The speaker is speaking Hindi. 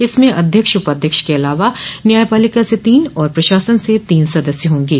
इसमें अध्यक्ष उपाध्यक्ष के अलावा न्यायपालिका से तीन और प्रशासन से तीन सदस्य होंगे